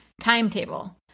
timetable